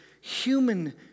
human